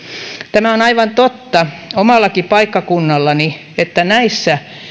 tämä on aivan totta omallakin paikkakunnallani että näissä